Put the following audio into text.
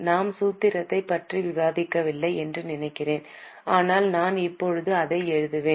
நாம் சூத்திரத்தைப் பற்றி விவாதிக்கவில்லை என்று நினைக்கிறேன் ஆனால் நான் இப்போது அதை எழுதுவேன்